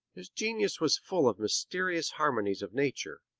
his genius was full of mysterious harmonies of nature.